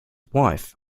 wife